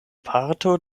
parto